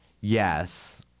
Yes